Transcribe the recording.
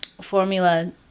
formula